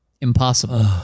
impossible